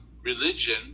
religion